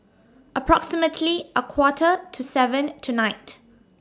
approximately A Quarter to seven tonight